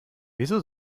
wieso